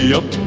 up